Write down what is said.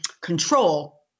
control